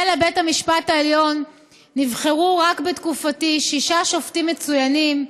ולבית המשפט העליון נבחרו רק בתקופתי שישה שופטים מצוינים,